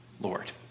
Lord